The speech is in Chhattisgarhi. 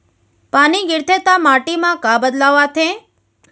पानी गिरथे ता माटी मा का बदलाव आथे?